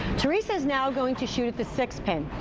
theresa is now going to shoot at the six pin.